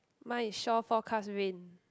my is shore forecast rain